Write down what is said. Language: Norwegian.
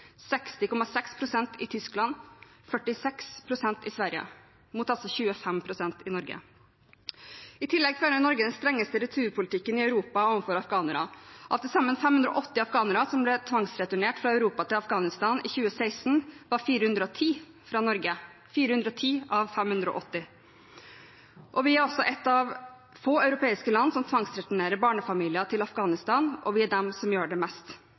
i Tyskland og 46 pst. i Sverige, – mot altså 25 pst. i Norge. I tillegg fører Norge den strengeste returpolitikken i Europa overfor afghanerne. Av til sammen 580 afghanere som ble tvangsreturnert fra Europa til Afghanistan i 2016, var 410 fra Norge: 410 av 580. Vi er også et av få europeiske land som tvangsreturnerer barnefamilier til Afghanistan, og vi er dem som gjør det mest.